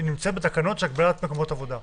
היא נמצאת בתקנות של הגבלת מקומות עבודה.